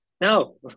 No